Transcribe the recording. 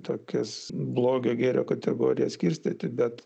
tokias blogio gėrio kategorijas skirstyti bet